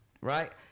right